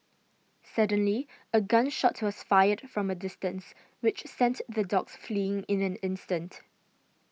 suddenly a gun shot was fired from a distance which sent the dogs fleeing in an instant